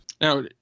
Now